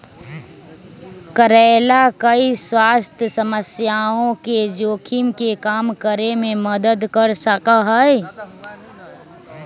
करेला कई स्वास्थ्य समस्याओं के जोखिम के कम करे में मदद कर सका हई